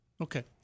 Okay